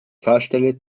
pfarrstelle